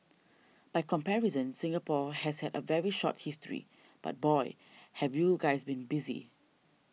by comparison Singapore has had a very short history but boy have you guys been busy